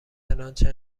چنانچه